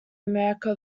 america